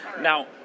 now